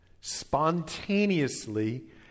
spontaneously